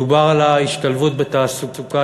דובר על ההשתלבות בתעסוקה.